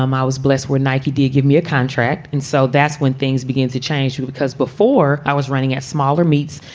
um i was blessed where nike did give me a contract. and so that's when things began to change, because before i was running at smaller meets,